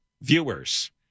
viewers